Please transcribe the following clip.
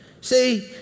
See